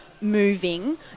moving